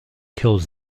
kills